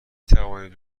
توانید